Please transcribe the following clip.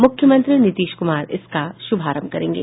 मुख्यमंत्री नीतीश कुमार इसका शुभारंभ करेंगे